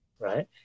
right